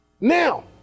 Now